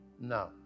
No